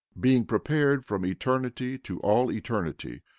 being prepared from eternity to all eternity,